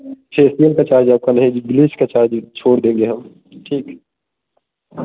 facial का charge आपका नहीं ब्लीच का चार्ज आपका छोड़ देंगे हम ठीक